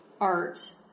art